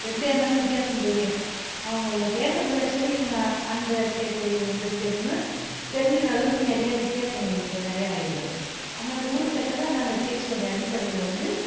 எப்படியாக இருந்தாலும் வித்தியாசம் தெரியும் அவங்கள பேசுகிறத வச்சாலே இவங்க அந்த ஸ்டேட்டு இவங்க இந்த ஸ்டேட்டுனு தெரிஞ்சிக்கின்ற அளவுக்கு நிறைய வித்தியாசங்கள் இப்போ நிறைய ஆகிடுதுங்க அந்தந்த ஊருக்கு ஏற்றாப்ல அந்தந்த பேச்சுனுடைய அடிப்படையில் வந்து